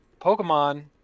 Pokemon